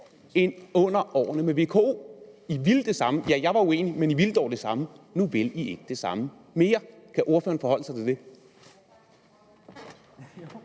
end under årene med VKO. Man ville det samme – ja, jeg var uenig – men man ville dog det samme, nu vil man ikke det samme mere. Kan ordføreren forholde sig til det?